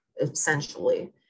essentially